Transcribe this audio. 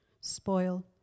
spoil